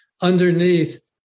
underneath